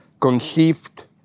conceived